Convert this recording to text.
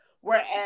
whereas